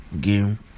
game